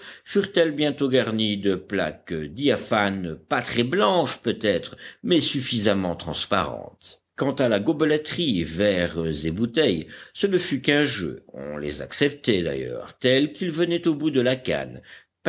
furent-elles bientôt garnies de plaques diaphanes pas très blanches peut-être mais suffisamment transparentes quant à la gobeleterie verres et bouteilles ce ne fut qu'un jeu on les acceptait d'ailleurs tels qu'ils venaient au bout de la canne